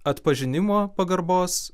atpažinimo pagarbos